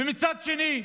ומצד שני,